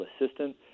assistant